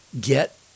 get